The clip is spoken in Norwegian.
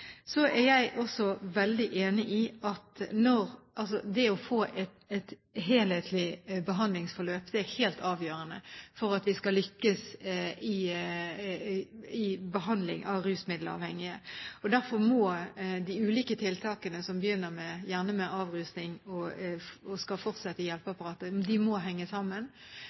Så er jeg også veldig enig i at det å få et helhetlig behandlingsforløp er helt avgjørende for at vi skal lykkes i behandlingen av rusmiddelavhengige. Derfor må de ulike tiltakene – som gjerne begynner med avrusning og skal fortsette videre i hjelpeapparatet – henge sammen.